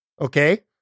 okay